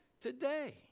today